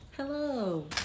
Hello